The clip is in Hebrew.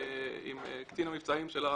קצין המבצעים של המרחב,